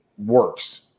works